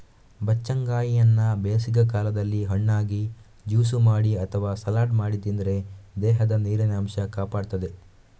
ಬಚ್ಚಂಗಾಯಿಯನ್ನ ಬೇಸಿಗೆ ಕಾಲದಲ್ಲಿ ಹಣ್ಣಾಗಿ, ಜ್ಯೂಸು ಮಾಡಿ ಅಥವಾ ಸಲಾಡ್ ಮಾಡಿ ತಿಂದ್ರೆ ದೇಹದ ನೀರಿನ ಅಂಶ ಕಾಪಾಡ್ತದೆ